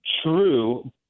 True